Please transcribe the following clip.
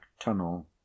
tunnel